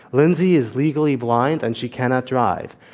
lindsay is legally blind, and she cannot drive.